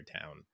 town